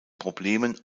problemen